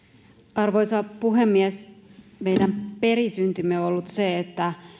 arvoisa puhemies meidän perisyntimme on ollut se että